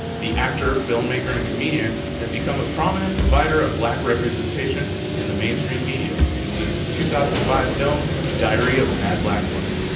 the actor, filmmaker and comedian has become a prominent provider of black representation in the mainstream media since his two thousand and five film diary of a mad black woman.